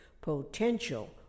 potential